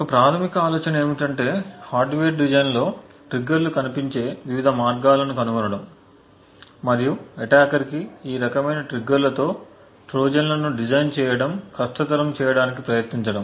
ఒక ప్రాథమిక ఆలోచన ఏమిటంటే హార్డ్వేర్ డిజైన్ లో ట్రిగ్గర్ లు కనిపించే వివిధ మార్గాలను కనుగొనడం మరియు అటాకర్ కి ఈ రకమైన ట్రిగ్గర్లతో ట్రోజన్ లను డిజైన్ చేయడం కష్టతరం చేయడానికి ప్రయత్నించడం